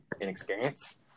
inexperience